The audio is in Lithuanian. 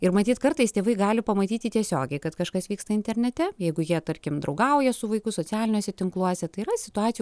ir matyt kartais tėvai gali pamatyti tiesiogiai kad kažkas vyksta internete jeigu jie tarkim draugauja su vaiku socialiniuose tinkluose tai yra situacijų